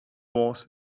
was